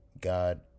God